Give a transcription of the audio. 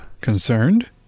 Concerned